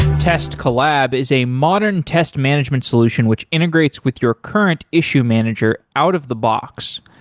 test collab is a modern test management solution which integrates with your current issue manager out of the box.